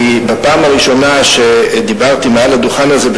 כי בפעם הראשונה שדיברתי מעל הדוכן הזה,